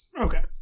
Okay